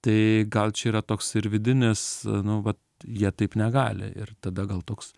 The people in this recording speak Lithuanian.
tai gal čia yra toks ir vidinis nu vat jie taip negali ir tada gal toks